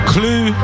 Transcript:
Clue